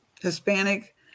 Hispanic